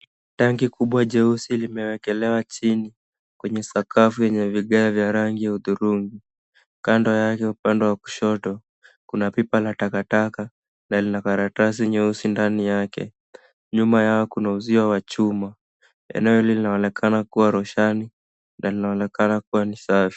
Tanki kubwa jeusi limeekelewa chini kwenye sakafu enye vigae ya rangi uturungi. Kando yake upande wa kushoto, kuna pipa la takataka na lina karatasi nyeusi ndani yake, nyuma yao kuna usio wa chuma. Eneo hili linaonekana kuwa rushani na inaonekana kuwa safi.